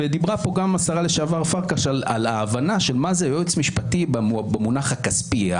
דיברה פה גם השרה לשעבר פרקש על ההבנה של מה זה יועץ משפטי במונח הכספי,